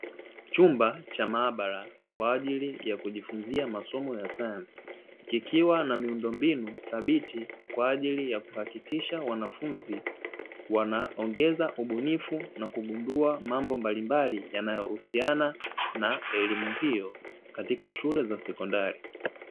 Chumba cha maabara kwa ajili ya kujifunzia masomo ya sayansi, kikiwa na miundombinu thabiti kwa ajili ya kuhakikisha wanafunzi wanaongeza ubunifu na kugundua mambo mbalimbali yanayohusiana na elimu hiyo katika shule za sekondari.